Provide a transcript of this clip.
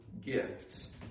gifts